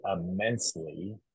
immensely